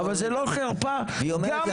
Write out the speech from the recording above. היא אומרת,